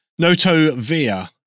Notovia